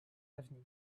d’avenir